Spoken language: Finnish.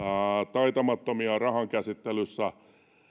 taitamattomia rahan käsittelyssä